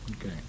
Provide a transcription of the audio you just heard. Okay